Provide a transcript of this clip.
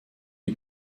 die